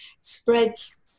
spreads